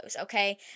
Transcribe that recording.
okay